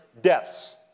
deaths